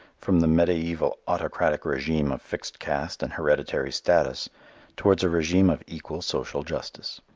from the mediaeval autocratic regime of fixed caste and hereditary status towards a regime of equal social justice.